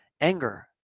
Anger